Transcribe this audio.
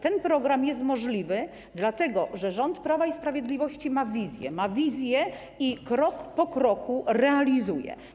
Ten program jest możliwy, dlatego że rząd Prawa i Sprawiedliwości ma wizję i krok po kroku ją realizuje.